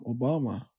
Obama